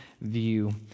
view